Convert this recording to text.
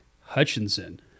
hutchinson